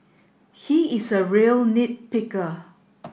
he is a real nit picker